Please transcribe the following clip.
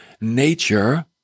nature